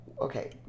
Okay